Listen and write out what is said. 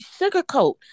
sugarcoat